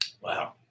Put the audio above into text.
Wow